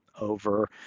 over